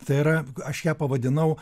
tai yra aš ją pavadinau